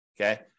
Okay